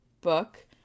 book